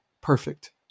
perfect